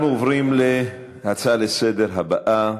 אנחנו עוברים להצעה לסדר-היום הבאה,